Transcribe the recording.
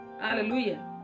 Hallelujah